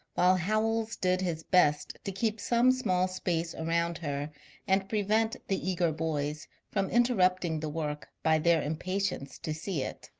while howells did his best to keep some small space around her and prevent the eager boys from interrupting the work by their impatience to see it.